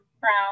brown